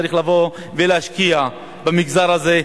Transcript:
צריך לבוא ולהשקיע במגזר הזה,